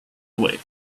away